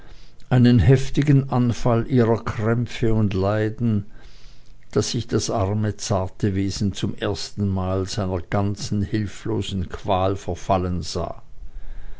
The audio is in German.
einen heftigen anfall ihrer krämpfe und leiden daß ich das arme zarte wesen zum ersten mal seiner ganzen hilflosen qual verfallen sah